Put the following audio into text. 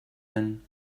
men